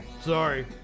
sorry